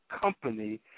company